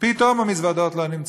פתאום המזוודות לא נמצאות.